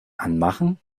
anmachen